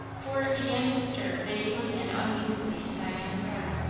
for it began to stir vaguely and uneasily in diana's heart.